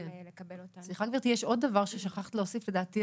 יש עוד דבר ששכחת להוסיף לדעתי,